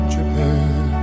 Japan